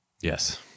Yes